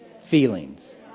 feelings